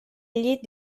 llit